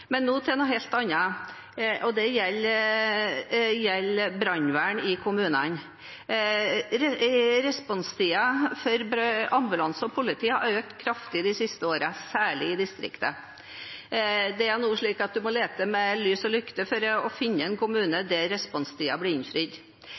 Men nå til noe helt annet, og det gjelder brannvern i kommunene. Responstiden for ambulanse og politi har økt kraftig de siste årene, særlig i distriktene. Det er nå slik at du må lete med lys og lykte for å finne en kommune